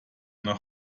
nach